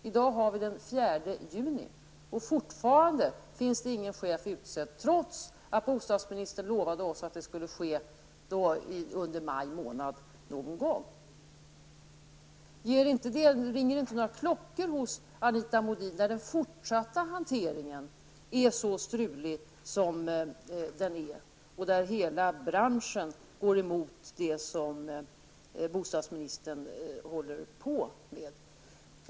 I dag har vi den 4 juni, och fortfarande finns det ingen chef utsedd trots att bostadsministern lovade oss att det skulle ske under maj månad någon gång. Ringer det inte några klockor hos Anita Modin när det fortsatta hanteringen är så strulig och när hela branschen går emot det som bostadsministern håller på med?